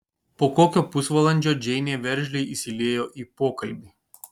po kokio pusvalandžio džeinė veržliai įsiliejo į pokalbį